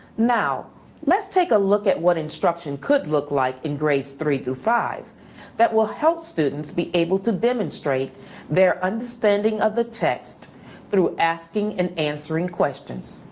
now let's take a look at what instruction could look like in grades three to five that will help students be able to demonstrate their understanding of the text through asking and answering questions.